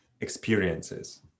experiences